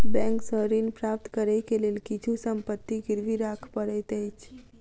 bank सॅ ऋण प्राप्त करै के लेल किछु संपत्ति गिरवी राख पड़ैत अछि